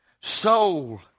soul